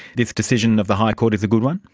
this decision of the high court is a good one?